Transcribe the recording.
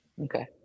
Okay